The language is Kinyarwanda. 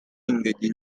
ingagi